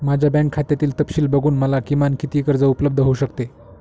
माझ्या बँक खात्यातील तपशील बघून मला किमान किती कर्ज उपलब्ध होऊ शकते?